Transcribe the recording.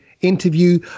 interview